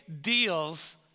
deals